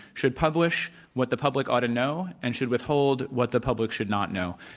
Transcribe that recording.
should publish what the public ought to know and should withhold what the public should not know.